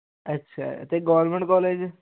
ਅੱਛਾ ਤੇ government college